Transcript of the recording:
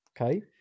Okay